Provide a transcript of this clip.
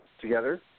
together